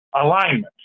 alignment